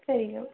சரிங்க